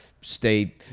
stay